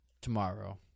tomorrow